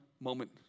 moment